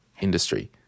industry